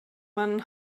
man